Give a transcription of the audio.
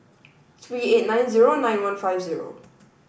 three eight nine zero nine one five zero